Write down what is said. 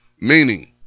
meaning